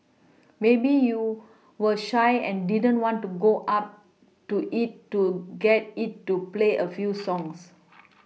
maybe you were shy and didn't want to go up to it to get it to play a few songs